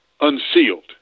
unsealed